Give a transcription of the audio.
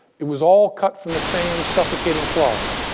it was all cut from the same suffocating cloth.